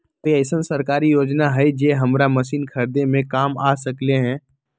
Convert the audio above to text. कोइ अईसन सरकारी योजना हई जे हमरा मशीन खरीदे में काम आ सकलक ह?